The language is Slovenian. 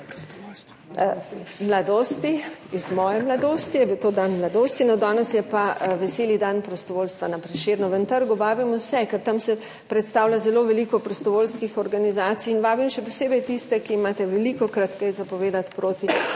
mladosti, v moji mladosti je bil to dan mladosti, danes je pa veseli dan prostovoljstva na Prešernovem trgu. Vabimo vse, ker se tam predstavlja zelo veliko prostovoljskih organizacij in še posebej vabim tiste, ki imate velikokrat kaj za povedati proti